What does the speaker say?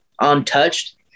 untouched